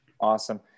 Awesome